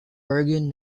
bergen